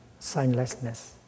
signlessness